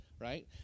right